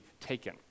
taken